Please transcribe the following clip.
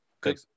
Good